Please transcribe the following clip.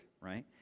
right